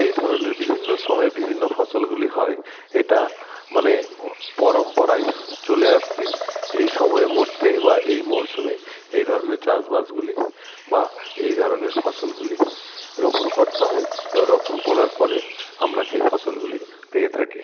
এই ধরনের বিভিন্ন সময়ে বিভিন্ন ফসলগুলি হয় এটা মানে পরম্পরায় চলে আসছে এই সময়ের মধ্যে বা এই মরসুমে এই ধরনের চাষবাসগুলি বা এই ধরনের ফসলগুলি রোপণ করতে হয় এবং রোপণ করার পরে আমরা সেই ফসলগুলি পেয়ে থাকি